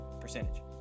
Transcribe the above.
percentage